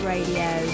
Radio